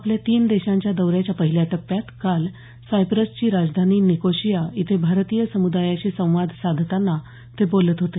आपल्या तीन देशांच्या दौ याच्या पहिल्या टप्प्यात काल सायप्रसची राजधानी निकोशिया इथे भारतीय समुदायाशी संवाद साधताना ते बोलत होते